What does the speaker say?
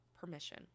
permission